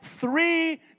three